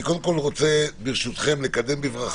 ברשותכם, אני קודם כל רוצה לקדם בברכה